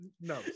no